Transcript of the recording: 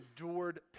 endured